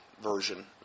version